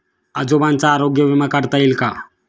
आजोबांचा आरोग्य विमा काढता येईल का?